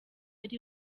ari